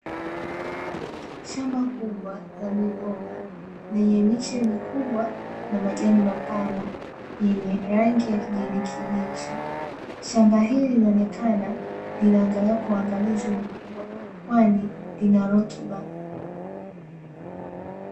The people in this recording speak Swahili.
Shamba kubwa la migomba lenye miche mikubwa na majani mapana yenye rangi ya kijani kibichi, shamba hili linaonekana linaangaliwa uangalizi mkubwa kwani linarutuba.